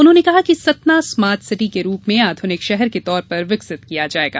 उन्होंने कहा कि सतना स्मार्ट सिटी के रूप में आधुनिक शहर के तौर पर विकसित किया जाएगा